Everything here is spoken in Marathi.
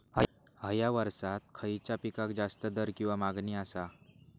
हया वर्सात खइच्या पिकाक जास्त दर किंवा मागणी आसा?